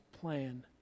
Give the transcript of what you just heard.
plan